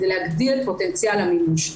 כדי להגדיל את פוטנציאל המימוש.